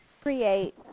create